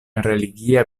religia